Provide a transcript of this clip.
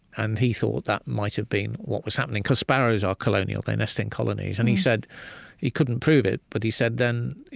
and he thought that might have been what was happening, because sparrows are colonial they nest in colonies. and he said he couldn't prove it, but he said, then,